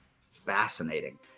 Fascinating